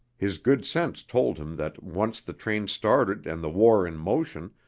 his good sense told him that, once the train started and the war in motion,